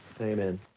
amen